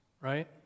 right